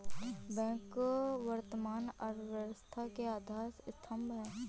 bank वर्तमान अर्थव्यवस्था के आधार स्तंभ है